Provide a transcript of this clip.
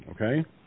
Okay